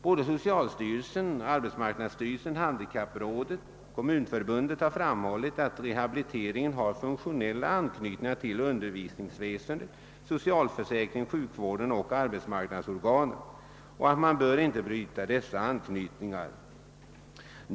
Såväl socialstyrelsen, AMS, handikapprådet som Kommunförbundet har framhållit att rehabiliteringen har funktionella anknytningar till undervisningsväsendet, socialförsäkringen, sjukvården och arbetsmarknadsorganen och att man inte bör bryta dessa anknytningar.